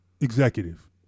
executive